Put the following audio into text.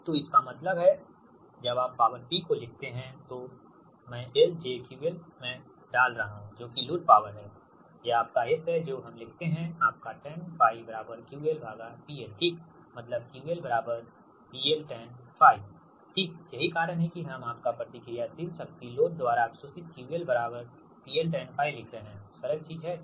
तो इसका मतलब है जब आप पावर P को लिखते हैं तो मैं L j QL में डाल रहा हूं जो कि लोड पॉवर है यह आपका S है जो हम लिखते हैंआपका Tan𝜑 QLPLठीक मतलब QL PL Tan𝜑 ठीक यही कारण है कि हम आपका प्रतिक्रियाशील शक्ति लोड द्वारा अवशोषित QL PL Tan𝜑 लिख रहे है सरल चीज है ठीक